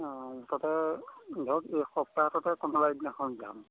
অ তাতে ধৰক এই সপ্তাহটোতে কোনোবা এদিনাখন যাম